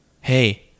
hey